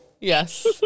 yes